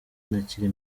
ntakiri